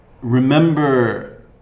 remember